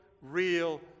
real